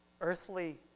earthly